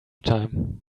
time